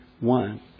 one